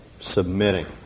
submitting